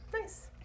Nice